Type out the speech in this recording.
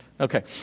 Okay